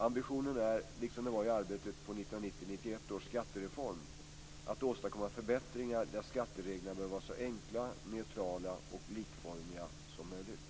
Ambitionen är, liksom den var i arbetet på 1990/91 års skattereform, att åstadkomma förbättringar där skattereglerna bör vara så enkla, neutrala och likformiga som möjligt.